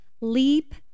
leap